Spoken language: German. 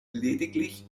lediglich